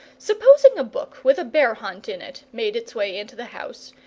supposing a book with a bear-hunt in it made its way into the house,